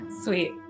Sweet